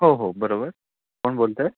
हो हो बरोबर कोण बोलतं आहे